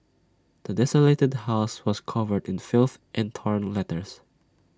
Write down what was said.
the desolated house was covered in filth and torn letters